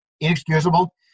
inexcusable